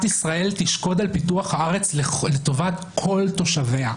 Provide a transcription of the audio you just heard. ישראל תשקוד על פיתוח הארץ לטובת כל תושביה.